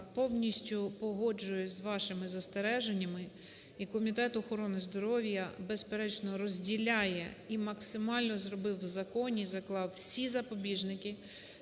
повністю погоджуюсь з вашими застереженнями і Комітет охорони здоров'я, безперечно, розділяє і максимально зробив в законі, і заклав всі запобіжники